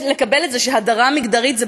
לקבל איזושהי הדרה מגדרית,